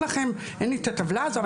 אין לי את הטבלה הזאת,